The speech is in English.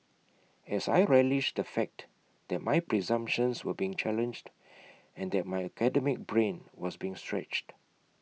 as I relished that fact that my presumptions were being challenged and that my academic brain was being stretched